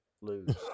lose